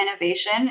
innovation